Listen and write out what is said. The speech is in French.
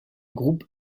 groupe